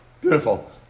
Beautiful